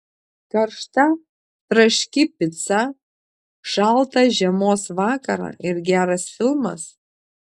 karšta traški pica šaltą žiemos vakarą ir geras filmas